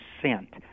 percent